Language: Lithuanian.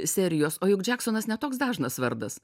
serijos o juk džeksonas ne toks dažnas vardas